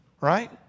right